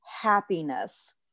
happiness